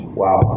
wow